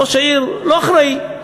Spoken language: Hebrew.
ראש העיר לא אחראי,